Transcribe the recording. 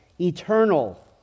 eternal